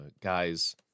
Guy's